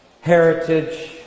heritage